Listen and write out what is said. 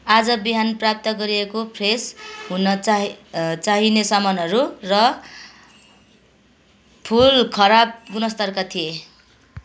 आज बिहान प्राप्त गरिएका फ्रेस हुन चाहि चाहिने समानहरू र फुल खराब गुणस्तरका थिए